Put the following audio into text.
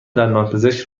دندانپزشک